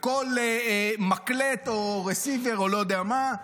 וכל מקלט או receiver או לא יודע מה,